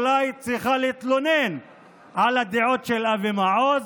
אולי את צריכה להתלונן על הדעות של אבי מעוז.